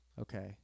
Okay